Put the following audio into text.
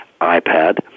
iPad